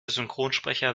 synchronsprecher